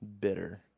bitter